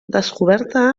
descoberta